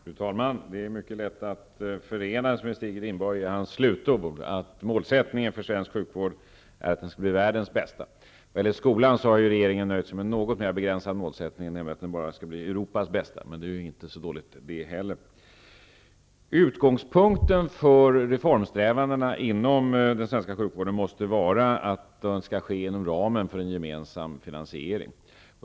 Fru talman! Det är mycket lätt att förenas med Stig Rindborg i hans slutord att målsättningen för svensk sjukvård är att den skall bli världens bästa. När det gäller skolan har regeringen nöjt sig med en något mer begränsad målsättning, nämligen att den skall bli Europas bästa, men det är ju inte så dåligt det heller. Utgångspunkten för reformsträvandena inom den svenska sjukvården måste vara att reformerna skall ske inom ramen för en gemensam finansiering.